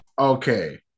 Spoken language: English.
Okay